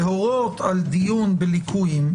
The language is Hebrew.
להורות על דיון בליקויים,